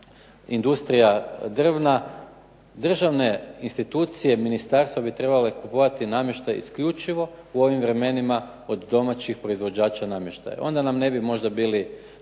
industrija drva, državne institucije Ministarstva bi trebale kupovati namještaj isključivo u ovim vremenima od domaćih proizvođača namještaja. Onda nam ne bi bili